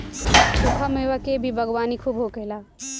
सुखा मेवा के भी बागवानी खूब होखेला